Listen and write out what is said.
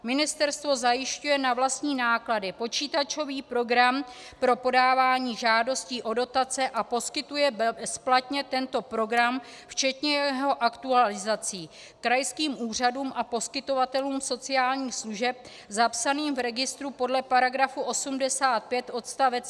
Ministerstvo zajišťuje na vlastní náklady počítačový program pro podávání žádostí o dotace a poskytuje bezplatně tento program včetně jeho aktualizací krajským úřadům a poskytovatelům sociálních služeb zapsaným v registru podle § 85 odst.